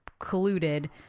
colluded